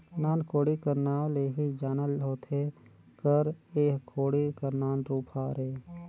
नान कोड़ी कर नाव ले ही जानल होथे कर एह कोड़ी कर नान रूप हरे